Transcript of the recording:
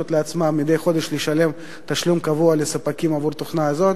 לעצמם מדי חודש לשלם תשלום קבוע לספקים עבור התוכנה הזאת,